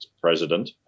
president